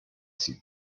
sie